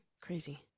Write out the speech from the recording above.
crazy